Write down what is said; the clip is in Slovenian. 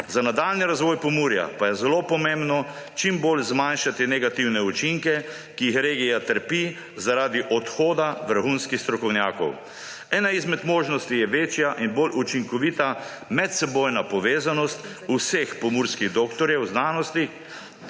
Za nadaljnji razvoj Pomurja pa je zelo pomembno čim bolj zmanjšati negativne učinke, ki jih regija trpi zaradi odhoda vrhunskih strokovnjakov. Ena izmed možnosti je večja in bolj učinkovita medsebojna povezanost vseh pomurskih doktorjev znanosti